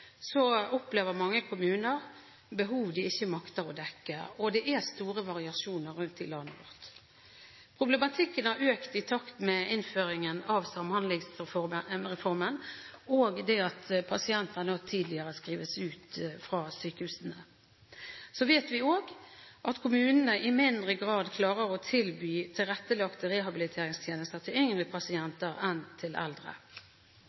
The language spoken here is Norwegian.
opplever mange kommuner behov de ikke makter å dekke, og det er store variasjoner rundt i landet vårt. Problematikken har økt i takt med innføringen av Samhandlingsreformen og det at pasienter nå tidligere skrives ut fra sykehusene. Så vet vi også at kommunene i mindre grad klarer å tilby tilrettelagte rehabiliteringstjenester til